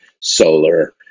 solar